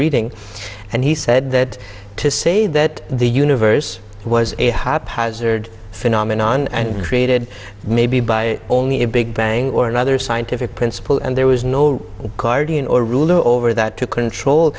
reading and he said that to say that the universe was a haphazard phenomenon and created maybe by only a big bang or another scientific principle and there was no guardian or ruler over that to control